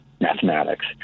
mathematics